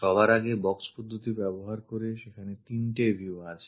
সবার আগে box পদ্ধতি ব্যবহার করে সেখানে তিনটে view আছে